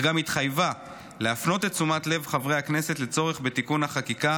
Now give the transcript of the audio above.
אך גם התחייבה להפנות את תשומת לב חברי הכנסת לצורך בתיקון החקיקה